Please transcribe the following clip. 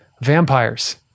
vampires